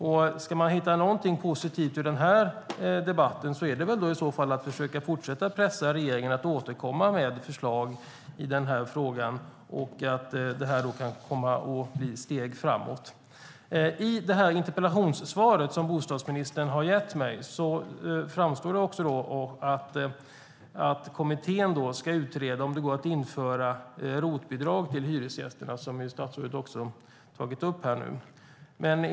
Om vi ska hitta något positivt ur den här debatten är det att vi får försöka fortsätta att pressa regeringen att återkomma med förslag i frågan och ta steg framåt. I bostadsministerns interpellationssvar framgick det att kommittén ska utreda om det går att införa ROT-avdrag för hyresgästerna, vilket statsrådet också tog upp här.